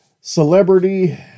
celebrity